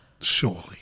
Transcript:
Surely